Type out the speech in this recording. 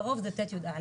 ברוב זה ט - יא,